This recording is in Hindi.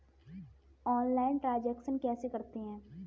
ऑनलाइल ट्रांजैक्शन कैसे करते हैं?